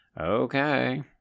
okay